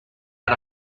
out